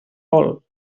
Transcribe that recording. vol